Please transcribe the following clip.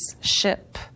ship